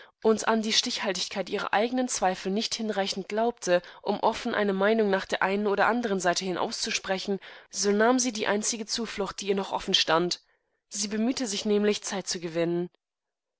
und an die stichhaltigkeit ihrer eigenen zweifel nicht hinreichend glaubte um offen eine meinung nach der einen oder der andern seite hin auszusprechen so nahm sie die einzige zuflucht die ihr noch offen standsiebemühtesichnämlich zeitzugewinnen